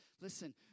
Listen